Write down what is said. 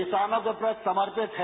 किसानों के प्रति समर्पित है